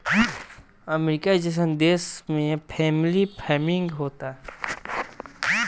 अमरीका जइसन देश में फैमिली फार्मिंग होता